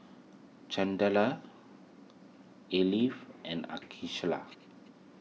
Chandler and